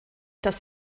das